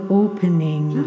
opening